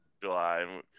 july